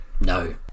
No